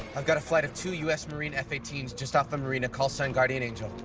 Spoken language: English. i've got a flight of two us marine f eighteen s just off the marina call sign guardian angel.